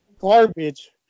garbage